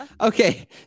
okay